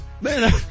Man